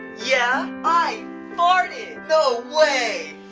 yeah? i farted! no way!